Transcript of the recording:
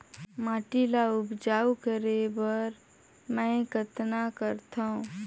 माटी ल उपजाऊ करे बर मै कतना करथव?